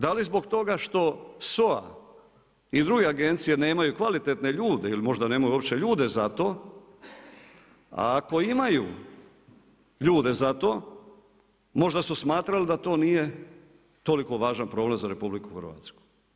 Da li zbog toga što SOA i druge agencije nemaju kvalitetne ljude ili možda nemaju uopće ljude za to, a ako imaju ljude za to, možda su smatrali da to nije toliko važan problem za RH.